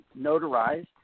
notarized